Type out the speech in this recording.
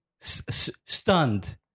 stunned